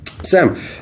Sam